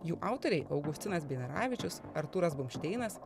jų autoriai augustinas beinaravičius artūras bumšteinas